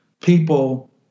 people